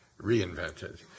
reinvented